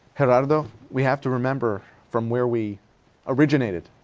gerardo, we have to remember, from where we originated,